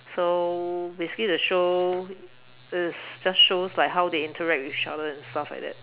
so basically the show is just shows like how they interact with each other and stuff like that